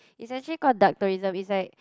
is actually called dark tourism it's like